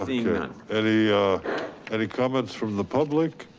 ah none. any any comments from the public?